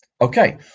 Okay